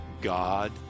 God